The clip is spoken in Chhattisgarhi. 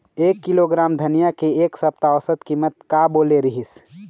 एक किलोग्राम धनिया के एक सप्ता औसत कीमत का बोले रीहिस?